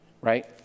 right